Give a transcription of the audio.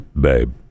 babe